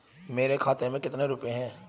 मेरे खाते में कितने रुपये हैं?